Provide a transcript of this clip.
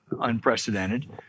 unprecedented